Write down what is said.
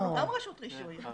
גם אנחנו רשות רישוי.